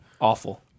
awful